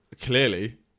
clearly